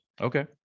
okay